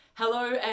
Hello